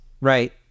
right